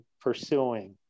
pursuing